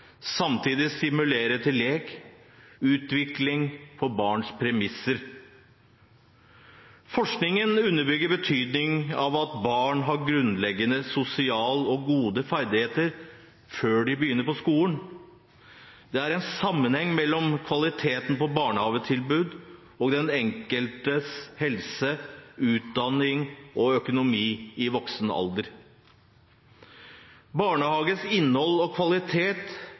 samtidig stimulere til lek og utvikling på barns premisser. Forskningen underbygger betydningen av at barn har grunnleggende og gode sosiale ferdigheter før de begynner på skolen. Det er sammenheng mellom kvaliteten på barnehagetilbudet og den enkeltes helse, utdanning og økonomi i voksen alder. Barnehagens innhold og kvalitet